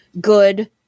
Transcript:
good